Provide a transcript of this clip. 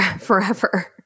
forever